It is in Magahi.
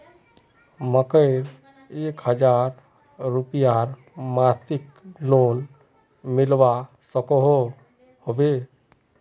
मकईर एक हजार रूपयार मासिक लोन मिलवा सकोहो होबे?